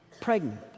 pregnant